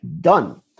done